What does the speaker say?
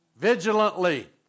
vigilantly